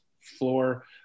floor